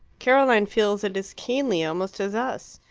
caroline feels it as keenly almost as us.